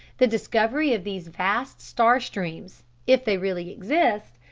the discovery of these vast star-streams, if they really exist,